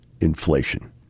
inflation